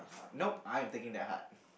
nope I am taking that heart